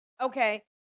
Okay